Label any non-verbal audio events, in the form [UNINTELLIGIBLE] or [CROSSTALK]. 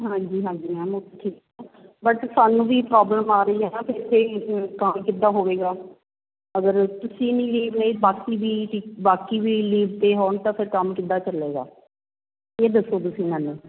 ਹਾਂਜੀ ਹਾਂਜੀ ਮੈਮ ਉਹ ਤਾਂ ਠੀਕ ਹੈ ਬਟ ਸਾਨੂੰ ਵੀ ਪ੍ਰੋਬਲਮ ਆ ਰਹੀ ਹੈ ਵੀ [UNINTELLIGIBLE] ਕੰਮ ਕਿੱਦਾਂ ਹੋਵੇਗਾ ਅਗਰ ਤੁਸੀਂ ਵੀ [UNINTELLIGIBLE] ਬਾਕੀ ਵੀ ਬਾਕੀ ਵੀ ਲੀਵ 'ਤੇ ਹੋਣ ਤਾਂ ਫਿਰ ਕੰਮ ਕਿੱਦਾਂ ਚੱਲੇਗਾ ਇਹ ਦੱਸੋ ਤੁਸੀਂ ਮੈਨੂੰ